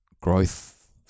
growth